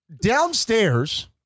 downstairs